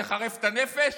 לחרף את הנפש,